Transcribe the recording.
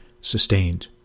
sustained